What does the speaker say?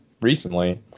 recently